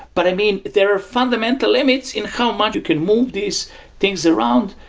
but i mean, there are fundamental limits in how much you can move these things around,